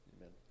Amen